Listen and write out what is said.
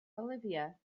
olivia